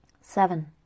Seven